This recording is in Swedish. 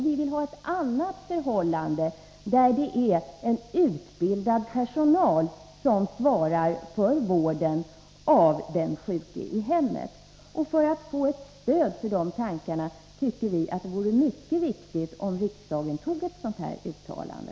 Vi vill ha ett annat förhållande, där det är utbildad personal som svarar för vården av den sjuke i hemmet. För att få ett stöd för dessa tankar är det mycket viktigt att riksdagen gör ett uttalande.